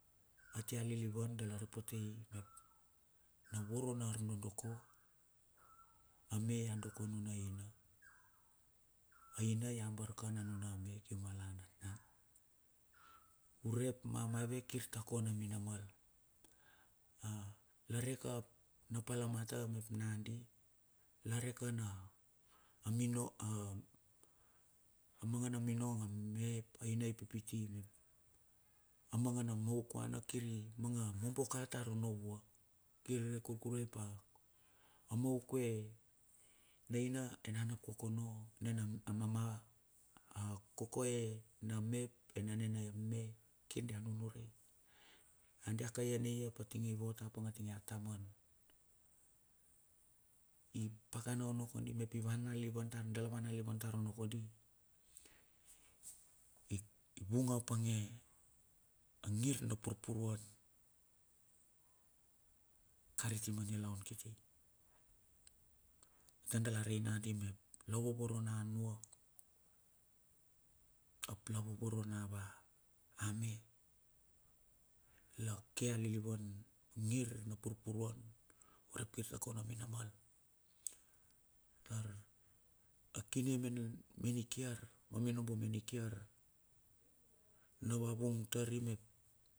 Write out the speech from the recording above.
atia lilivan dala repote i mep na voro na arnodoko a me ya doko a nuna aina. Aina ya bar kan a nuna me kium a va natnat urep ma maive kir ta kona minamal a lare ka na palamata mep nandi la reka mang a na minong a me ap aina i pipite mep a mangana maukuana kir imanga mobo ka tar onno ua. Kir i re kurkure pa a maukue na aina enana ap kokono nona a mama, akokoe na me ap anane na me kir dia nunuran. Dia kaianai ap ininge ivot apang a tinge a taman i pakana kondi mep dala van lilivan dala van alilivan tar onno kondi ik vung a pange angir na purpuruan kariti ma nilaun kiti tardala re nagandi me la vavoro anuap lavovoro na va a me lake alilivun ngir na purpuruan urep kirta kona minamal. Ia akine medala me nikiar ma minobo me nikiar na va vung tar i me.